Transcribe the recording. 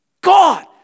God